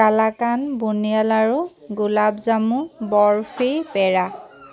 কালাকান বুনিয়া লাড়ু গোলাপ জামু বৰফি পেৰা